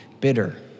bitter